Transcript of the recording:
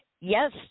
Yes